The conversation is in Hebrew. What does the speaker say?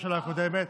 הממשלה הקודמת.